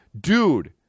Dude